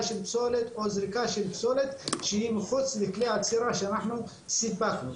של פסולת או זריקה של פסולת שהיא מחוץ לכלי האצירה שאנחנו סיפחנו,